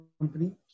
company